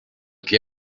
que